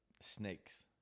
snakes